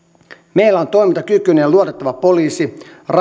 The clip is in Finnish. meillä on toimintakykyinen ja luotettava poliisi